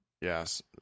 yes